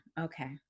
okay